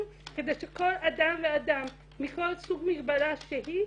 כדי שכל אדם ואדם מכל סוג מגבלה שהיא